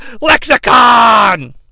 lexicon